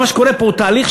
מה שקורה פה הוא פשוט,